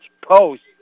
post